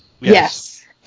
Yes